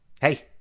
hey